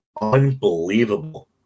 unbelievable